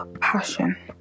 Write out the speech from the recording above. passion